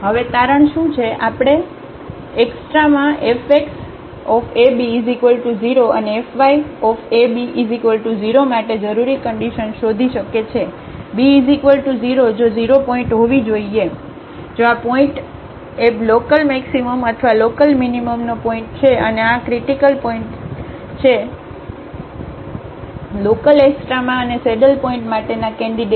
તેથી હવે તારણ શું છે આપણે એક્સ્ટ્રામા fxab0 અને fyab0 માટે જરૂરી કન્ડિશન શોધી શકે છે b 0 જો 0 પોઇન્ટ હોવી જોઈએ જો આ પોઇન્ટ એબ લોકલમેક્સિમમ અથવા લોકલમીનીમમનો પોઇન્ટ છે અને આ ક્રિટીકલ પોઇન્ટઓ છે લોકલએક્સ્ટ્રામા અને સેડલ પોઇન્ટ માટેના કેન્ડિડેટ